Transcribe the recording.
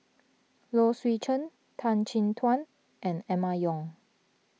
Low Swee Chen Tan Chin Tuan and Emma Yong